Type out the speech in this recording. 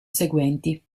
seguenti